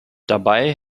dabei